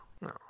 no